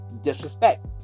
disrespect